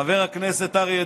האוצר נוסף לשר האוצר,